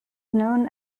known